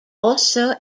also